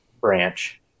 branch